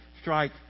strike